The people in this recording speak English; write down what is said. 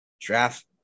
draft